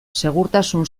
segurtasun